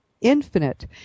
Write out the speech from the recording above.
infinite